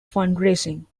fundraising